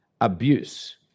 abuse